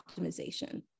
optimization